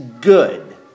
good